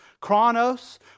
chronos